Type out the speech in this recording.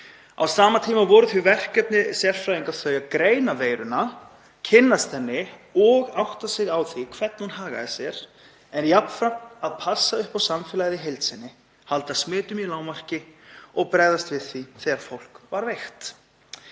Á sama tíma voru verkefni sérfræðinga þau að greina veiruna, kynnast henni og átta sig á því hvernig hún hagar sér en jafnframt að passa upp á samfélagið í heild sinni, halda smitum í lágmarki og bregðast við því þegar fólk var veikt.